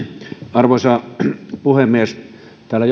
arvoisa puhemies täällä